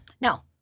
No